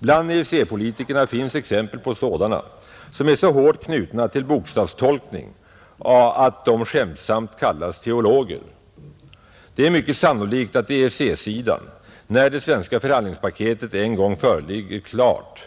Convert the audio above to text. Bland EEC-politikerna finns exempel på sådana som är så hårt knutna till bokstavstolkning att de skämtsamt kallas teologer. Det är mycket sannolikt att EEC-sidan, när det svenska förhandlingspaketet en gång föreligger klart,